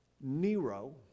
Nero